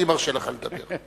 אני מרשה לך לדבר,